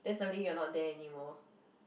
then suddenly you're not there anymore